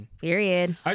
Period